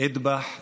"אד'בח אל-יהוד".